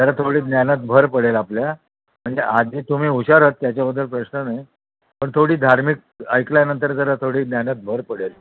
जरा थोडी ज्ञानात भर पडेल आपल्या म्हणजे आधी तुम्ही हुशार आहात त्याच्याबद्दल प्रश्न नाही पण थोडी धार्मिक ऐकल्यानंतर जरा थोडी ज्ञानात भर पडेल